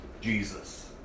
Jesus